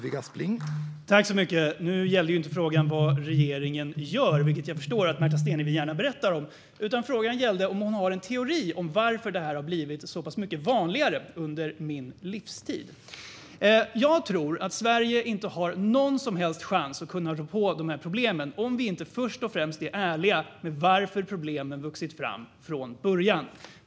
Herr talman! Nu gällde inte frågan vad regeringen gör, vilket jag förstår att Märta Stenevi gärna berättar om. Utan frågan gällde om hon har en teori om varför det här har blivit så mycket vanligare under min livstid. Jag tror att Sverige inte har någon chans alls att rå på dessa problem om vi inte först och främst är ärliga om varför problemen vuxit fram från början.